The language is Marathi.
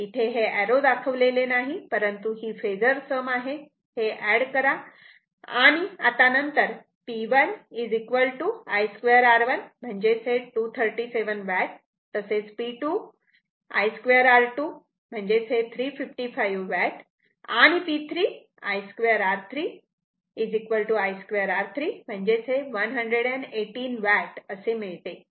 इथे हे एर्रो दाखवलेले नाही परंतु ही फेजर सम आहे हे एड करा आणि P1 I 2 R1 237 watt P2 I 2 R2 355 watt आणि P3 I 2 R3 118 वॅट असे मिळते